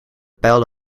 pijl